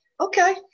Okay